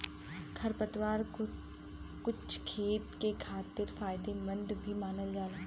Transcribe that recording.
खरपतवार कुछ खेत के खातिर फायदेमंद भी मानल जाला